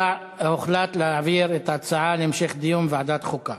הוחלט להעביר את ההצעה להמשך דיון לוועדת החוקה.